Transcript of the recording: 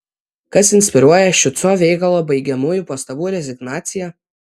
kas inspiruoja šiuco veikalo baigiamųjų pastabų rezignaciją